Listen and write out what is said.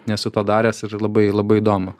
nesu to daręs ir labai labai įdomu